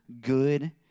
good